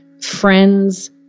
friends